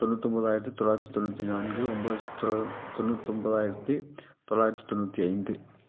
தொண்ணூற்றொம்பதாயிரத்தி தொள்ளாயிரத்தி தொண்ணூற்றி நான்கு ஒம்பது லட்சத்தி தொளா தொண்ணூற்றொம்பதாயிரத்தி தொள்ளாயிரத்தி தொண்ணூற்றி ஐந்து